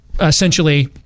essentially